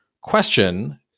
question